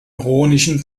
ironischen